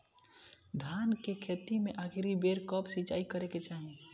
धान के खेती मे आखिरी बेर कब सिचाई करे के चाही?